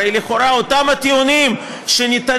הרי לכאורה את אותם הטיעונים שנטענים